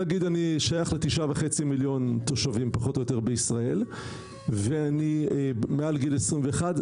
אם אני שייך לתשעה וחצי מיליון תושבים בישראל ואני מעל גיל 21,